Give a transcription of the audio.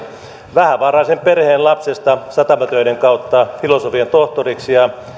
vähävaraisen perheen lapsesta satamatöiden kautta filosofian tohtoriksi ja